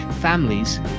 Families